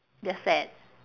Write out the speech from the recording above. they are sad